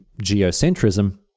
geocentrism